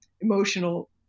emotional